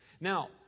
Now